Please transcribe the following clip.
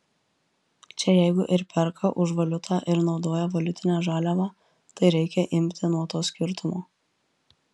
čia jeigu ir perka už valiutą ir naudoja valiutinę žaliavą tai reikia imti nuo to skirtumo